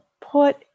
put